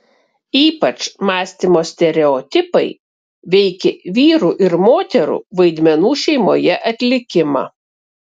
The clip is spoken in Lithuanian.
ypač mąstymo stereotipai veikė vyrų ir moterų vaidmenų šeimoje atlikimą